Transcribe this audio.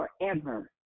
forever